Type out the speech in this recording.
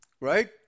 right